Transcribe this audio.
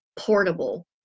Portable